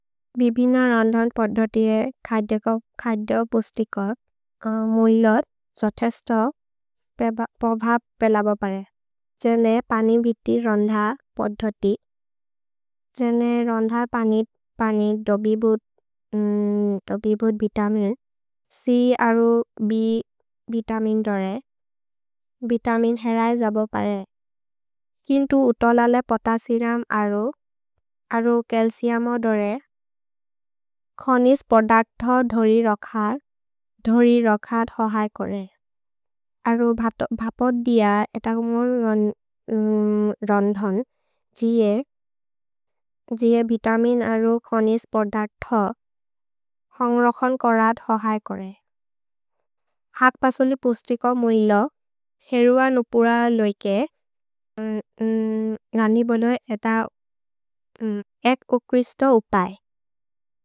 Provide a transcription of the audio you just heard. भिबिन रन्धन् पद्धोति ए खद्दो पोस्तिकोद् मुइलोद् जोथेस्तो पोभप् पेलबो परे। जेने पनि वित्ति रन्ध पद्धोति, जेने रन्ध पनित् पनित् दोबिबुत् वितमिन् छ् अरु भ् वितमिन् दोरे, वितमिन् हेरए जबो परे। किन्तु उतलले पोतसिरम् अरु, अरु केल्सिअ मोदोरे, खनिस् पोदर्थो धोरि रखर्, धोरि रखद् हहैकोरे। अरु भपोद् दिय एतकुमोन् रन्धन्, जिए, जिए वितमिन् अरु खनिस् पोदर्थो हन्ग्रखोन् करद् हहैकोरे। हग्पसोलि पोस्तिकोद् मुइलोद्, हेरुअ नुपुर लोइके, न्गनि बोलो एत एक् कोक्रिस्तो उपए।